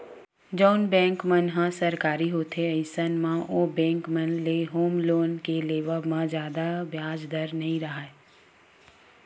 जउन बेंक मन ह सरकारी होथे अइसन म ओ बेंक मन ले होम लोन के लेवब म जादा बियाज दर ह नइ राहय